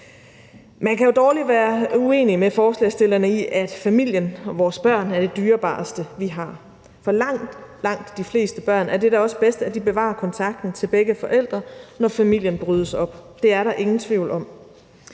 Man kan jo dårligt være uenig med forslagsstillerne i, at familien og vores børn er det dyrebareste, vi har. For langt, langt de fleste børn er det da også bedst, at de bevarer kontakten til begge forældre, når familien brydes op; det er der ingen tvivl om.